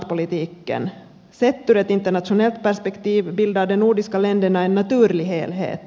sett ur ett internationellt perspektiv bildar de nordiska länderna en naturlig helhet